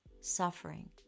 suffering